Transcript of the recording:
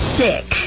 sick